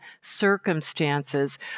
circumstances